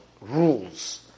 rules